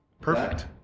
Perfect